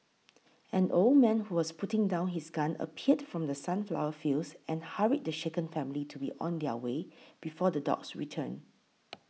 an old man who was putting down his gun appeared from the sunflower fields and hurried the shaken family to be on their way before the dogs return